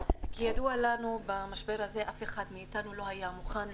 כידוע לנו, במשבר הזה אף אחד מאיתנו לא היה מוכן.